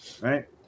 Right